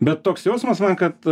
bet toks jausmas man kad